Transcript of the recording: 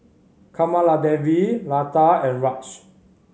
Kamaladevi Lata and Raj